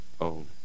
own